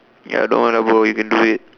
ya don't want lah bro you can do it